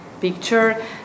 picture